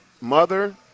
Mother